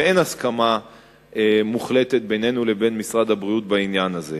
ואין הסכמה מוחלטת בינינו לבין משרד הבריאות בעניין הזה.